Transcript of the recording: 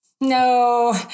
No